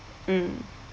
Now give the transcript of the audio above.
mm